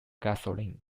gasoline